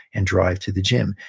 and drive to the gym.